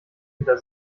hinter